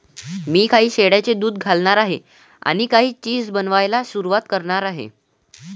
मी काही शेळ्यांचे दूध घालणार आहे आणि काही चीज बनवायला सुरुवात करणार आहे